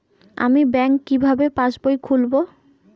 আমি ব্যাঙ্ক কিভাবে পাশবই খুলব?